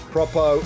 Propo